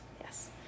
Yes